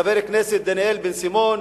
חבר הכנסת דניאל בן-סימון,